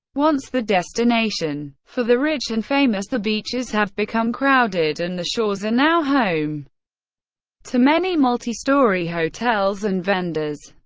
once the destination for the rich and famous, the beaches have become crowded and the shores are now home to many multi-story hotels and vendors.